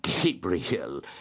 Gabriel